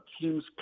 teams